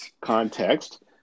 context